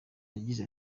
yagize